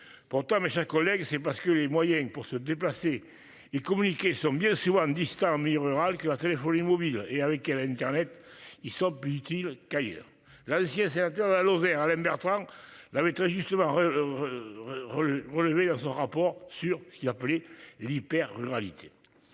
Pourtant, mes chers collègues, c'est parce que les moyens pour se déplacer et communiquer sont mieux sous distincts en milieu rural que la téléphonie mobile et avec elle a Internet. Ils sont plus utiles qu'ailleurs, l'ancien sénateur de la Lozère Alain Bertrand la maîtresse justement. Relevé dans son rapport sur ce qu'il. L'hyper-ruralité.